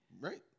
Right